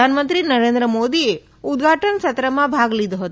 પ્રધાનમંત્રી નરેન્દ્ર મોદીએ ઉદઘાટનસત્રમાં ભાગ લીધો હતો